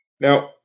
Now